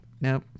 Nope